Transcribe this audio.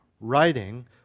writing